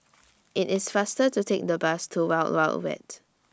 IT IS faster to Take The Bus to Wild Wild Wet